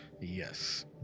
Yes